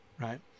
right